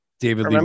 David